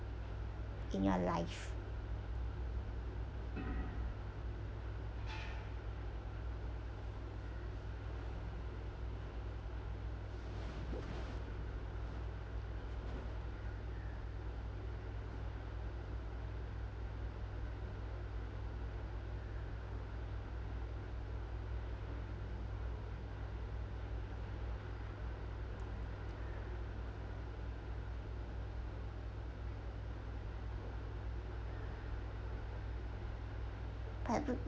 in your life but bu~